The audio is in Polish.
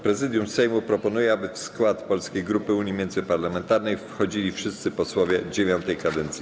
Prezydium Sejmu proponuje, aby w skład Polskiej Grupy Unii Międzyparlamentarnej wchodzili wszyscy posłowie Sejmu IX kadencji.